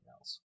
else